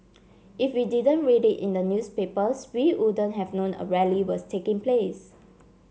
if we didn't read it in the newspapers we wouldn't have known a rally was taking place